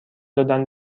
دادن